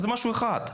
אז זה משהו אחד.